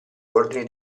ordini